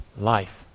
life